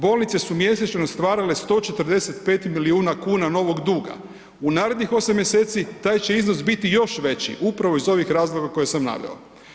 Bolnice su mjesečno stvarale 145 milijuna kuna novog duga, u narednih 8 mj. taj će iznos biti još veći, upravo iz ovih razloga koje sam naveo.